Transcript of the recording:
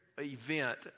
event